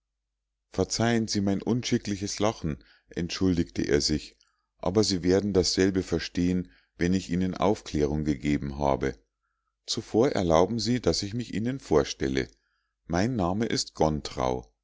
verzeihen sie mein unschickliches lachen entschuldigte er sich aber sie werden dasselbe verstehen wenn ich ihnen aufklärung gegeben habe zuvor erlauben sie daß ich mich ihnen vorstelle mein name ist